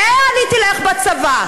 לאן היא תלך בצבא?